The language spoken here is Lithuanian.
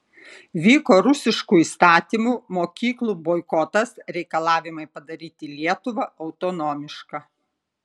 vyko rusiškų įstatymų mokyklų boikotas reikalavimai padaryti lietuvą autonomišką